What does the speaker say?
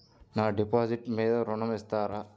నా డిపాజిట్ మీద ఋణం ఇస్తారా?